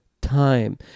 time